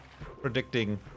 predicting